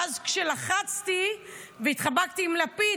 ואז כשלחצתי והתחבקתי עם לפיד,